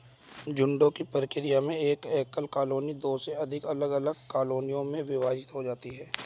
झुंड की प्रक्रिया में एक एकल कॉलोनी दो से अधिक अलग अलग कॉलोनियों में विभाजित हो जाती है